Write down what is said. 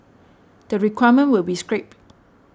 the requirement will be scrapped